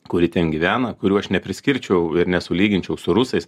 kuri ten gyvena kurių aš nepriskirčiau ir nesulyginčiau su rusais